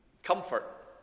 comfort